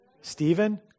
Stephen